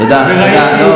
תודה, תודה.